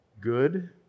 good